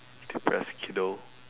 depressed kiddo